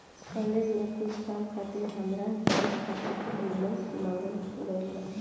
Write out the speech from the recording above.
college में कुछ काम खातिर हामार बैंक खाता के विवरण मांगल गइल बा